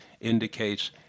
indicates